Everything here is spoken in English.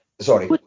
sorry